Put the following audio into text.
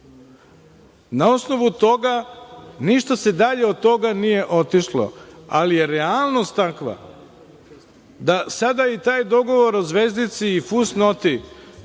osnovu toga, ništa se dalje od toga nije otišlo, ali je realnost takva da sada i taj dogovor o zvezdici i fusnoti,